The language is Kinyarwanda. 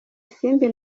isimbi